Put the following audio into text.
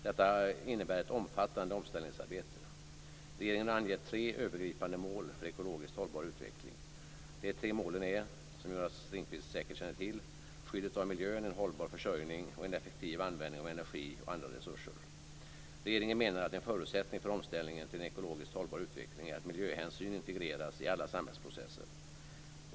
Detta innebär ett omfattande omställningsarbete. Regeringen har angett tre övergripande mål för ekologiskt hållbar utveckling. De tre målen är, som Jonas Ringqvist säkert känner till, skyddet av miljön, en hållbar försörjning och en effektiv användning av energi och andra resurser. Regeringen menar att en förutsättning för omställningen till en ekologiskt hållbar utveckling är att miljöhänsyn integreras i alla samhällsprocesser.